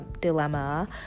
dilemma